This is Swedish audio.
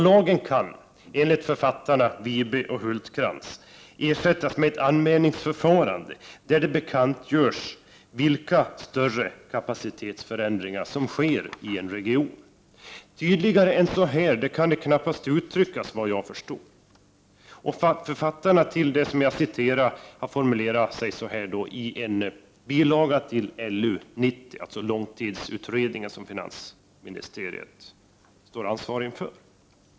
Lagen kan, enligt författarna, utan förlust ersättas med ett anmälningsförfarande som innebär att större kapacitetsförändringar som påverkar den totala virkesförbrukningen i en region offentliggörs.” Tydligare än så kan det inte uttryckas, vad jag förstår. Författarna, som det talas om i citatet, Lars Hultkrantz och Sören Wibe, har formulerat sig på det sättet i en bilaga till LU 90, långtidsutredningen som finansdepartementet står ansvarig för.